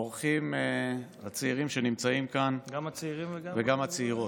האורחים הצעירים שנמצאים כאן, וגם הצעירות,